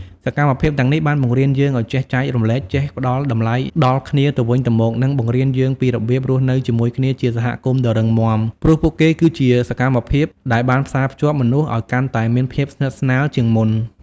សកម្មភាពទាំងនេះបានបង្រៀនយើងឱ្យចេះចែករំលែក ចេះផ្តល់តម្លៃដល់គ្នាទៅវិញទៅមក និងបង្រៀនយើងពីរបៀបរស់នៅជាមួយគ្នាជាសហគមន៍ដ៏រឹងមាំ ព្រោះពួកគេគឺជាសកម្មភាពដែលបានផ្សារភ្ជាប់មនុស្សឱ្យកាន់តែមានភាពស្និទ្ធស្នាលជាងមុន។